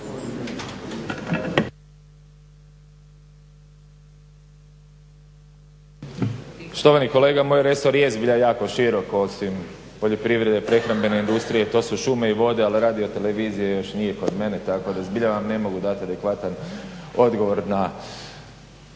Štovani kolega, moj resor je zbilja jako širok, osim poljoprivrede, prehrambene industrije, to su šume i vode ali radiotelevizija još nije kod mene, tako da zbilja vam ne mogu dati adekvatan odgovor na